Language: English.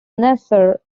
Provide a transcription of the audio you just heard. nasser